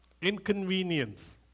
Inconvenience